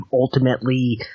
ultimately